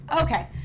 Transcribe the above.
Okay